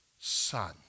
son